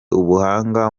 ubuhanga